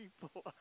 people